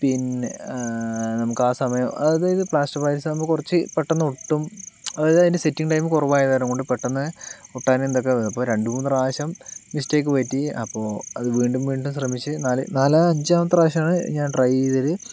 പിന്നെ നമുക്ക് ആ സമയം അതായത് പ്ലാസ്റ്റർ ഓഫ് പാരീസാകുമ്പോൾ കുറച്ച് ഒട്ടും അത് അതിൻ്റെ സെറ്റിങ് ടൈം കുറവായത് കൊണ്ട് പെട്ടന്ന് ഒട്ടാനെന്തൊക്കെ ഇപ്പോൾ രണ്ട് മൂന്ന് പ്രാവശ്യം മിസ്റ്റേക്ക് പറ്റി അപ്പോൾ അത് വീണ്ടും വീണ്ടും ശ്രമിച്ച് നാല് നാല് അഞ്ചാമത്തെ പ്രാവശ്യമാണ് ഞാൻ ട്രൈ ചെയ്തതില്